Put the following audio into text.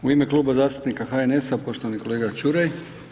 U ime Kluba zastupnika HNS-a poštovani kolega Čuraj.